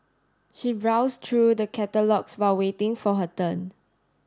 she browsed through the catalogues while waiting for her turn